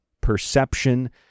perception